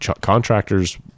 contractors